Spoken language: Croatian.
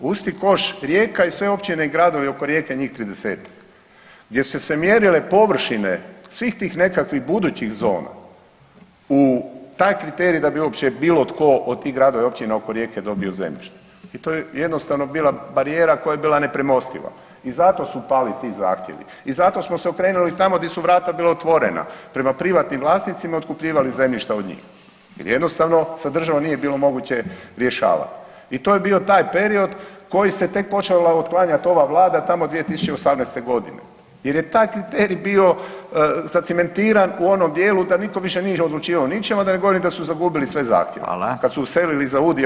U isti koš Rijeka i sve općine i gradovi oko Rijeke, njih 30-ak gdje su se mjerile površine svih tih nekakvih budućih zona u taj kriterij, da bi uopće bilo tko od tih gradova i općina oko Rijeke dobio zemljište i to je jednostavno bila barijera koja je bila nepremostiva i zato su pali ti zahtjevi i zato smo se okrenuli tamo gdje su vrata bila otvorena, prema privatnim vlasnicima i otkupljivali zemljišta od njih jer jednostavno sa državom nije bilo moguće rješavati i to je bio taj period koji se tek počela otklanjati ova Vlada, tamo 2018. g. jer je taj kriterij bio zacementiran u onom dijelu da nitko više nije odlučivao o ničemu, a da ne govorim da su zagubili sve zahtjeve [[Upadica: Hvala.]] kad su selili iz AUDI u DUUDI.